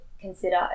consider